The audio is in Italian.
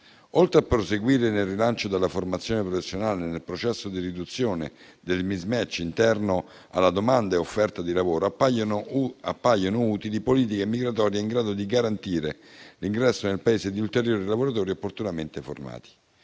Oltre a proseguire nel rilancio della formazione professionale e nel processo di riduzione del *mismatch* interno alla domanda e offerta di lavoro, appaiono utili politiche migratorie in grado di garantire l'ingresso nel Paese di ulteriori lavoratori opportunamente formati.